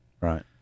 Right